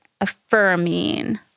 affirming